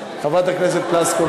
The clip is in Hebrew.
חברת הכנסת פלוסקוב,